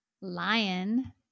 lion